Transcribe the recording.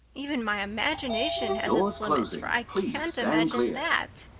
even my imagination has its limits, for i can't imagine that.